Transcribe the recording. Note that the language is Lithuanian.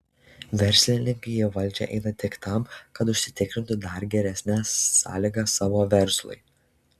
verslininkai į valdžią eina tik tam kad užsitikrintų dar geresnes sąlygas savo verslui